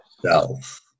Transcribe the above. self